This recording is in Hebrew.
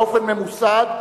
באופן ממוסד,